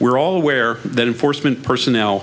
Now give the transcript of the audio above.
we're all aware that in foresman personnel